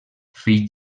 fill